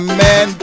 man